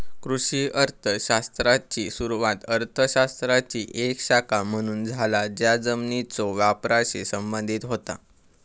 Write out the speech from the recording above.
कृषी अर्थ शास्त्राची सुरुवात अर्थ शास्त्राची एक शाखा म्हणून झाला ज्या जमिनीच्यो वापराशी संबंधित होता